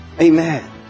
Amen